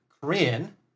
Korean